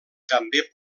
també